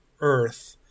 earth